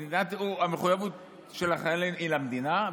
המחויבות של החיילים היא למדינה,